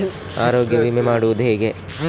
ಆರೋಗ್ಯ ವಿಮೆ ಮಾಡುವುದು ಹೇಗೆ?